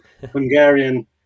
Hungarian